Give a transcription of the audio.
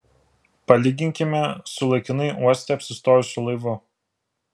palyginkime su laikinai uoste apsistojusiu laivu